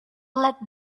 let